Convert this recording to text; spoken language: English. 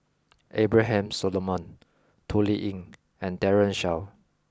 Abraham Solomon Toh Liying and Daren Shiau